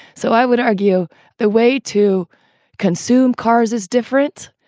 so i would argue the way to consume cars is different,